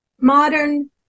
modern